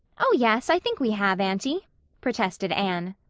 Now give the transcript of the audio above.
oh, yes. i think we have, aunty, protested anne.